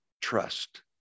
Trust